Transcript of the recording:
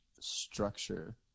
structure